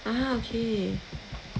ah okay